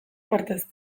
partez